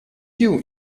più